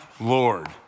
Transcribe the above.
Lord